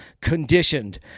conditioned